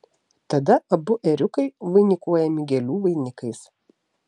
tada abu ėriukai vainikuojami gėlių vainikais